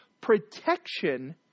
protection